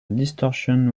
distortion